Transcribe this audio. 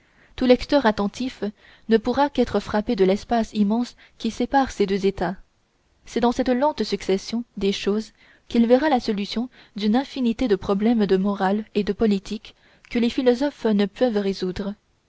tout lecteur attentif ne pourra qu'être frappé de l'espace immense qui sépare ces deux états c'est dans cette lente succession des choses qu'il verra la solution d'une infinité de problèmes de morale et de politique que les philosophes ne peuvent résoudre